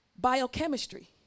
biochemistry